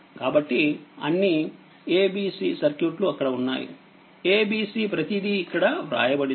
కాబట్టిఅన్ని a b c సర్క్యూట్లు అక్కడ ఉన్నాయి a b c ప్రతిదీ ఇక్కడ వ్రాయబడింది